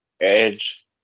Edge